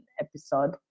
episode